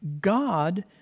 God